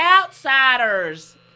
Outsiders